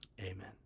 Amen